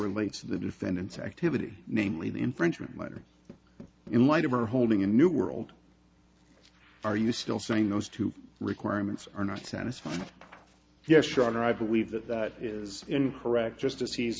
relates to the defendant's activity namely the infringement letter in light of our holding in new world are you still saying those two requirements are not satisfied yes trotter i believe that that is incorrect just as he's